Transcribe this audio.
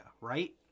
right